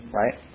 right